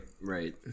right